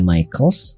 Michaels